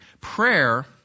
Prayer